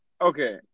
okay